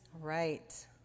Right